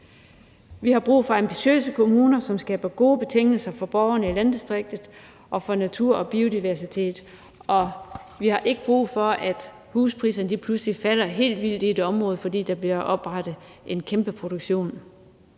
Vi har brug for ambitiøse kommuner, som skaber gode betingelser for borgerne i landdistrikterne og for naturen og biodiversiteten. Vi har ikke brug for, at huspriserne pludselig falder helt vildt i et område, fordi der bliver oprettet en kæmpe produktion.